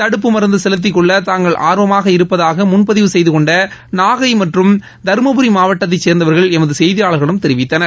தடுப்பு மருந்து செலுத்திக்கொள்ள தாங்கள் ஆர்வமாக இருப்பதாக முன்பதிவு செய்துகொண்ட நாகை மற்றம் தருமபுரி மாவட்டத்தை சேர்ந்தவர்கள் எமது செய்தியாளர்களிடம் தெரிவித்தனர்